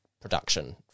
production